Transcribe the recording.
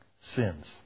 sins